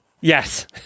Yes